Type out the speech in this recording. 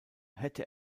hätte